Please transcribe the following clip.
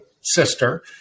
sister